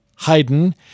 Haydn